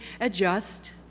adjust